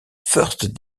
first